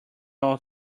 all